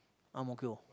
ang-mo-kio